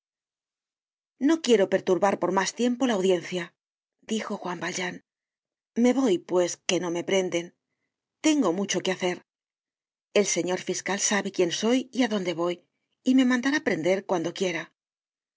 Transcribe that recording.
no quiero perturbar por mas tiempo la audiencia dijo juan valjean me voy pues que no me prenden tengo mucho que hacer el señor fiscal sabe quién soy y á dónde voy y